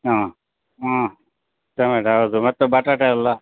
ಹಾಂ ಹಾಂ ಟೊಮೆಟ ಹೌದು ಮತ್ತು ಬಟಾಟೆ ಎಲ್ಲ